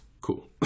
Cool